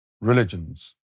religions